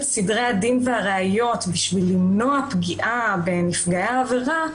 סדרי הדין והראיות בשביל למנוע פגיעה בנפגעי העבירה,